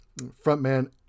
Frontman